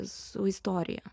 su istorija